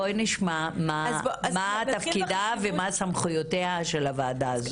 בואי נשמע מה תפקידה ומה סמכויותיה של הוועדה הזאת.